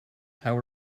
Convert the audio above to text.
how